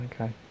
okay